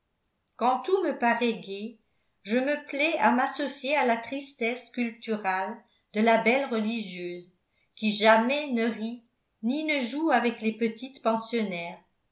quand tout me paraît gai je me plais à m'associer à la tristesse sculpturale de la belle religieuse qui jamais ne rit ni ne joue avec les petites pensionnaires